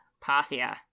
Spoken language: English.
Parthia